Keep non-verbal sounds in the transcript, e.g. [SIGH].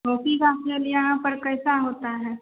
[UNINTELLIGIBLE] जो आपने लिया है प्रक्रिया कैसी होती है